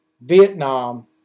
Vietnam